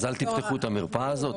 אל תבואו למרפאה הזאת?